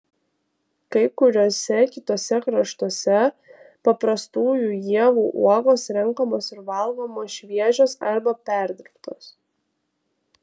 kai kuriuose kituose kraštuose paprastųjų ievų uogos renkamos ir valgomos šviežios arba perdirbtos